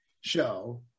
show